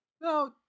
No